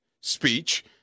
speech